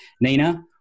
Nina